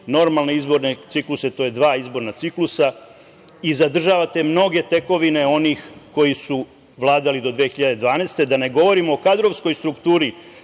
normalne izborne cikluse, dva izborna ciklusa i zadržavate mnoge tekovine onih koji su vladali do 2012. godine, da ne govorim o kadrovskoj strukturi